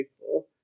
people